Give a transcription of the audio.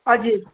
हजुर